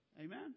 Amen